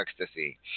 Ecstasy